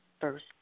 first